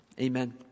Amen